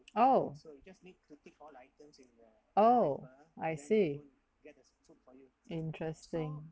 oh oh I see interesting